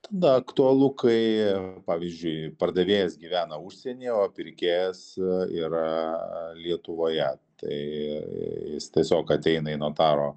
tada aktualu kai pavyzdžiui pardavėjas gyvena užsienyje o pirkėjas yra lietuvoje tai jis tiesiog ateina į notaro